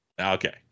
Okay